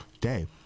day